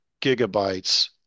gigabytes